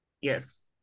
Yes